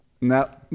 Now